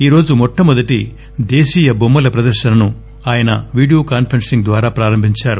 ఈ రోజు మొట్టమొదటి దేశీయ బొమ్మల ప్రదర్శనను ఆయన వీడియో కాన్సరెన్సింగ్ ద్వారా ప్రారంభించారు